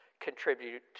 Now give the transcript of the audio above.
contribute